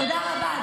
תודה רבה.